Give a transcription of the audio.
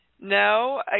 No